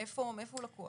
מאיפה הוא לקוח?